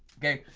okay,